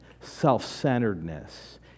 self-centeredness